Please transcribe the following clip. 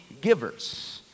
givers